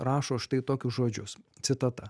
rašo štai tokius žodžius citata